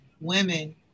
women